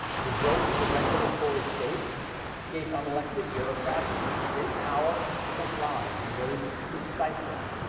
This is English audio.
the growth of the regulatory state gave unelected bureaucrats great power in people's lives in ways that could be stifling.